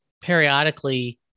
periodically